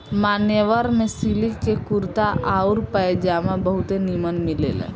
मान्यवर में सिलिक के कुर्ता आउर पयजामा बहुते निमन मिलेला